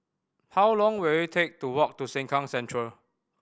how long will it take to walk to Sengkang Central